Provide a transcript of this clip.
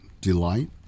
Delight